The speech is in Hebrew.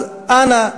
אז, אנא.